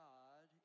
God